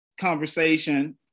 conversation